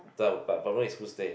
but problem is who stay